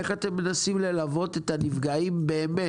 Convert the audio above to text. איך אתם מנסים ללוות את הנפגעים באמת?